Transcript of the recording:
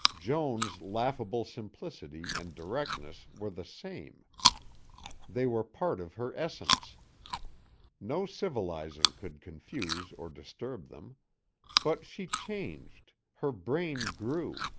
joan's laughable simplicity and directness were the same they were part of her essence no civilizing could confuse or disturb them but she changed her brain grew,